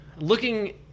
looking